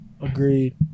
Agreed